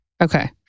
Okay